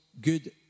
good